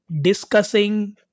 discussing